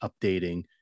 updating